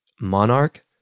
Monarch